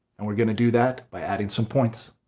and we're gonna do that by adding some points.